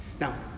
Now